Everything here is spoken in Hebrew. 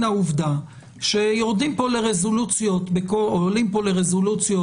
העובדה שיורדים פה לרזולוציות או עולים פה לרזולוציות